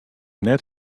net